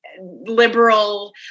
liberal